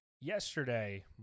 yesterday